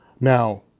Now